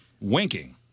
Winking